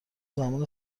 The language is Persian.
زمان